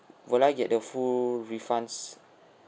will I get the full refunds